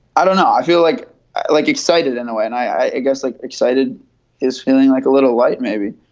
i don't know. i feel like i like excited in a way and i ah guess like excited is feeling like a little light maybe